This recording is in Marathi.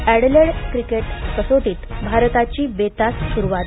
एडलेड क्रिकेट कसोटीत भारताची बेतास सुरुवात